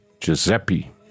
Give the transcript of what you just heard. Giuseppe